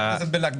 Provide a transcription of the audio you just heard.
אני